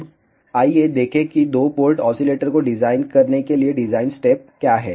अब आइए देखें कि दो पोर्ट ऑसिलेटर को डिजाइन करने के लिए डिज़ाइन स्टेप क्या हैं